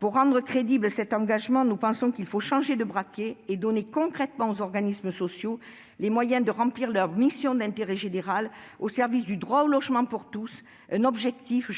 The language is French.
Pour rendre crédible cet engagement, nous pensons qu'il faut changer de braquet et donner concrètement aux organismes sociaux les moyens de remplir leur mission d'intérêt général au service du droit au logement pour tous, un objectif